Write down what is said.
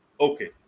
Okay